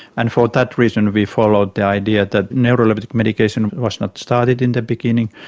and for that reason we followed the idea that neuroleptic medication was not started in the beginning,